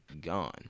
gone